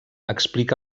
explica